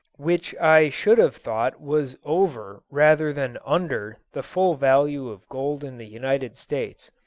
which i should have thought was over rather than under the full value of gold in the united states.